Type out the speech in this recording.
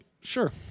sure